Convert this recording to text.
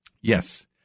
Yes